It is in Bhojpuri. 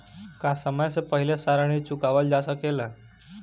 का समय से पहले सारा ऋण चुकावल जा सकेला?